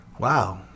Wow